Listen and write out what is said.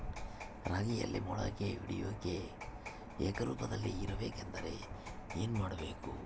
ರಾಗಿಯಲ್ಲಿ ಮೊಳಕೆ ಒಡೆಯುವಿಕೆ ಏಕರೂಪದಲ್ಲಿ ಇರಬೇಕೆಂದರೆ ಏನು ಮಾಡಬೇಕು?